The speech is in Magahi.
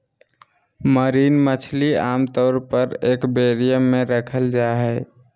मरीन मछली आमतौर पर एक्वेरियम मे रखल जा हई